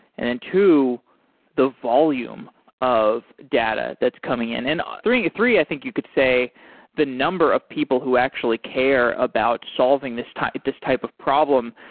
and and two, the volume of data that's coming in. and three, i think you could say the number of people who actually care about solving this type this type of problem.